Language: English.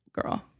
girl